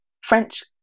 French